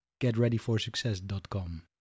getReadyforSuccess.com